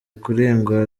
kurengwa